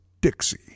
Dixie